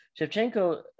Shevchenko